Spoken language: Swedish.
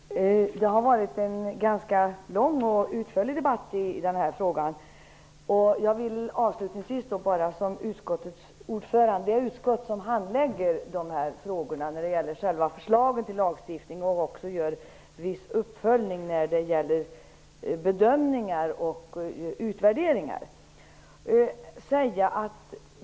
Herr talman! Det har varit en ganska lång och utförlig debatt i den här frågan. Jag är ordförande i det utskott som handlägger frågorna om själva förslaget till lagstiftning och som också gör en viss uppföljning och utvärdering av bedömningarna.